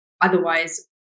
otherwise